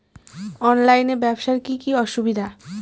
অনলাইনে ব্যবসার কি কি অসুবিধা?